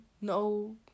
no